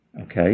Okay